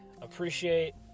appreciate